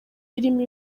birimo